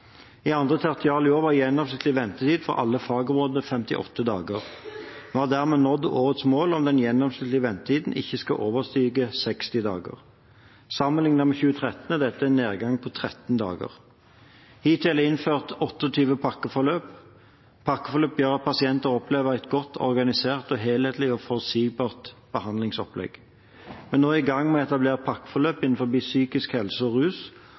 I andre tertial i år var gjennomsnittlig ventetid for alle fagområder 58 dager. Vi har dermed nådd årets mål om at den gjennomsnittlige ventetiden ikke skal overstige 60 dager. Sammenlignet med 2013 er dette en nedgang på 13 dager. Hittil er det innført 28 pakkeforløp. Pakkeforløp gjør at pasienter opplever et godt organisert, helhetlig og forutsigbart behandlingsopplegg. Vi er nå i gang med å etablere pakkeforløp innen psykisk helse og rus